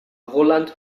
roland